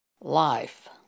life